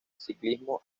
ciclismo